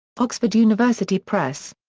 oxford university press.